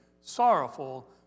sorrowful